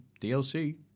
DLC